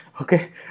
Okay